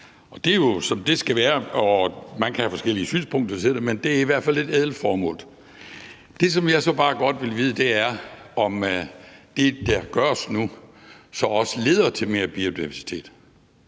Det er jo, som det skal være. Man kan have forskellige synspunkter om det, men det er i hvert fald et ædelt formål. Det, som jeg så bare godt vil vide, er, om det, der gøres nu, så også leder til mere biodiversitet.